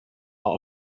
are